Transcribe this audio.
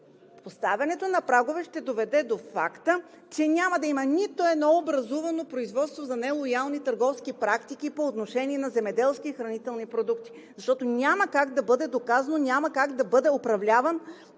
поставянето на прагове ще доведе до факта, че няма да има нито едно образувано производство за нелоялни търговски практики по отношение на земеделски хранителни продукти, защото няма как да бъде доказан, няма как да бъде управляван